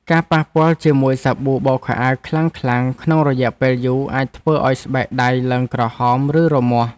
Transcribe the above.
ការប៉ះពាល់ជាមួយសាប៊ូបោកខោអាវខ្លាំងៗក្នុងរយៈពេលយូរអាចធ្វើឱ្យស្បែកដៃឡើងក្រហម ឬរមាស់។